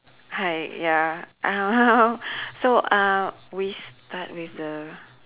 hi ya uh so uh we start with the